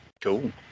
Cool